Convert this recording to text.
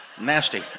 nasty